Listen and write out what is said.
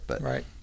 Right